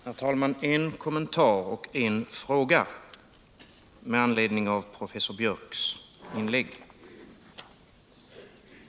Herr talman! En kommentar och en fråga med anledning av professor Biörcks inlägg.